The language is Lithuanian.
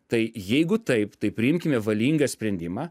tai jeigu taip tai priimkime valingą sprendimą